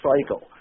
cycle